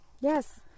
Yes